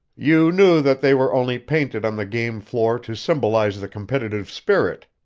you knew that they were only painted on the game floor to symbolize the competitive spirit,